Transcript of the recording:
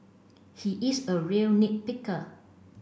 he is a real nit picker